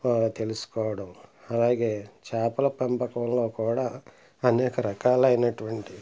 తెలుసుకోవడం అలాగే చేపల పెంపకంలో కూడా అనేక రకాలైనటువంటి